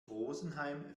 rosenheim